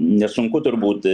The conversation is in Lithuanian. nesunku turbūt